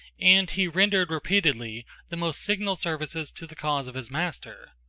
and he rendered repeatedly the most signal services to the cause of his master.